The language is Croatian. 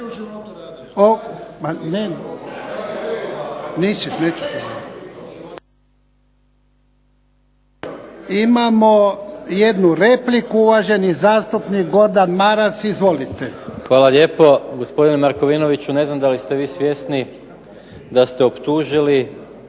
Hvala lijepo. Gospodine Markovinoviću ne znam da li ste vi svjesni da ste optužili